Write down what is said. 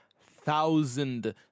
thousand